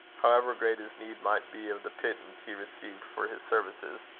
however great his need might be of the pittance he received for his services.